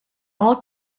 all